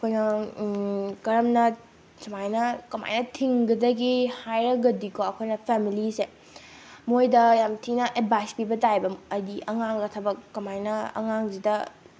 ꯑꯩꯈꯣꯏꯅ ꯀꯔꯝꯅ ꯁꯨꯃꯥꯏꯅ ꯀꯃꯥꯏꯅ ꯊꯤꯡꯒꯗꯒꯦ ꯍꯥꯏꯔꯒꯗꯤꯀꯣ ꯑꯩꯈꯣꯏꯅ ꯐꯦꯃꯂꯤꯁꯦ ꯃꯣꯏꯗ ꯌꯥꯝ ꯊꯤꯅ ꯑꯦꯠꯚꯥꯏꯁ ꯄꯤꯕ ꯇꯥꯏꯌꯦꯕ ꯍꯥꯏꯗꯤ ꯑꯉꯥꯡꯗꯣ ꯊꯕꯛ ꯀꯃꯥꯏꯅ ꯑꯉꯥꯡꯁꯤꯗ